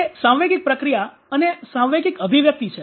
તે સાંવેગિક પ્રક્રિયા અને સાંવેગિક અભિવ્યક્તિ છે